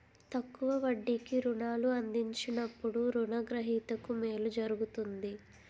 తక్కువ వడ్డీకి రుణాలు అందించినప్పుడు రుణ గ్రహీతకు మేలు జరుగుతుంది